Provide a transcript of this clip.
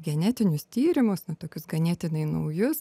genetinius tyrimus tokius ganėtinai naujus